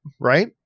right